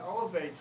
elevate